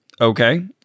Okay